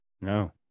No